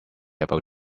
about